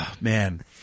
Man